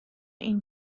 این